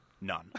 None